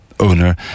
Owner